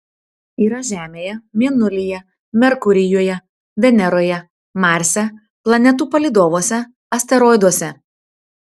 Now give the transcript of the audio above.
yra žemėje mėnulyje merkurijuje veneroje marse planetų palydovuose asteroiduose